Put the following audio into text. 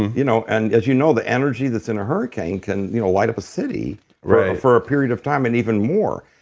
you know, and if you know the energy that's in a hurricane can you know light up a city for a period of time and even more.